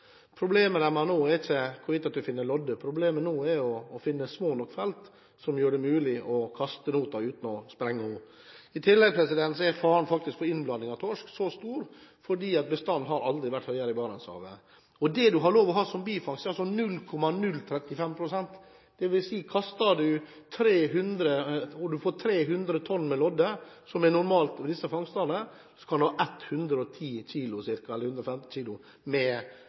Problemet de har nå, er ikke hvorvidt de finner lodde. Problemet nå er å finne små nok felter, som gjør det mulig å kaste noten uten å sprenge den. I tillegg er den faktiske faren for innblanding av torsk så stor fordi bestanden i Barentshavet aldri har vært høyere. Det man har lov til å ha som bifangst, er altså 0,035 pst. Det vil si at om man får 300 tonn med lodde, som er normalt for disse fangstene, kan man ha ca. 110–115 kg